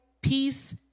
peace